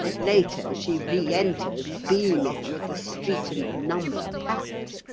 later she re-enters, beaming, with the street and number pat.